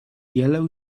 yellow